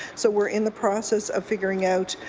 so we're in the process of figuring out